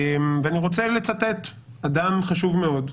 אני רוצה לצטט אדם חשוב מאוד: